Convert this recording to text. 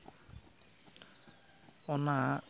ᱚᱱᱟ